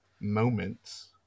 moments